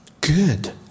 Good